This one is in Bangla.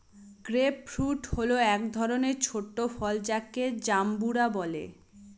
গ্রেপ ফ্রুট হল এক ধরনের ছোট ফল যাকে জাম্বুরা বলে